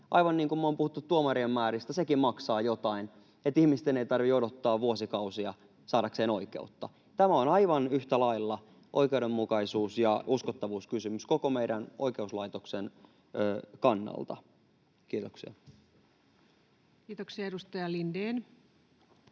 aivan niin kuin me ollaan puhuttu tuomarien määristä, sekin maksaa jotain, että ihmisten ei tarvitse odottaa vuosikausia saadakseen oikeutta. Tämä on aivan yhtä lailla oikeudenmukaisuus‑ ja uskottavuuskysymys koko meidän oikeuslaitoksen kannalta. — Kiitoksia. Kiitoksia. — Edustaja Lindén.